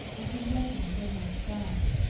and his lessons were not done.